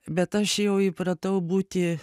bet aš jau įpratau būti